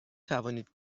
توانید